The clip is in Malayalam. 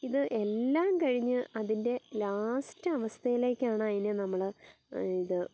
ഇത് എല്ലാം കഴിഞ്ഞ് അതിൻ്റെ ലാസ്റ്റ് അവസ്ഥേലേക്കാണതിനെ നമ്മൾ ഇത്